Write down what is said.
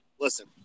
listen